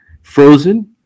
frozen